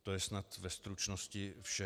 To je snad ve stručnosti vše.